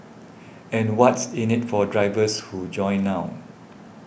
and what's in it for drivers who join now